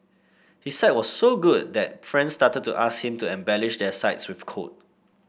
his site was so good that friends started to ask him to embellish their sites with code